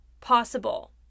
possible